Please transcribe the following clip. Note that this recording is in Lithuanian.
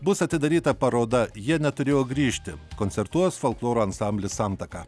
bus atidaryta paroda jie neturėjo grįžti koncertuos folkloro ansamblis santaka